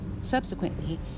Subsequently